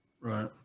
Right